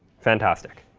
fantastic.